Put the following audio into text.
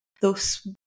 Thus